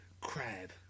crab